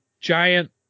giant